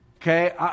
Okay